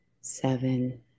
seven